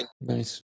Nice